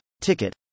ticket